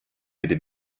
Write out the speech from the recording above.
bitte